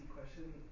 question